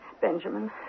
Benjamin